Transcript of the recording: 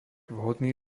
vhodný